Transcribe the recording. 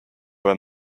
were